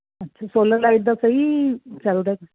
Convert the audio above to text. ਅੱਛਾ solar light ਦਾ ਸਹੀ ਚਲਦਾ